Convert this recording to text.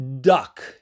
duck